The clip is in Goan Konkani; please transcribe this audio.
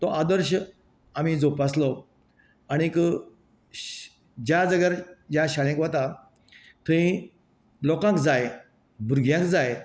तो आदर्श आमी जोपासलो आनीक ज्या जाग्यार ह्या शाळेंक वता थंय लोकांक जाय भुरग्यांक जाय